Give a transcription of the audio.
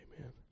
Amen